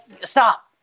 stop